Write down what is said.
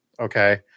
Okay